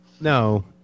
No